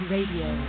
Radio